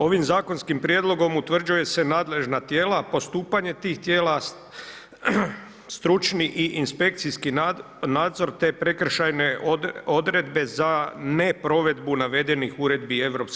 Ovim zakonskim prijedlogom utvrđuju se nadležna tijela, postupanje tih tijela, stručni i inspekcijski nadzor, te prekršajne odredbe za neprovedbu navedenih uredbi EU